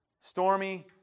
stormy